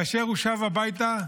כאשר הוא שב הביתה,